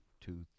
two